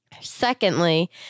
Secondly